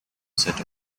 set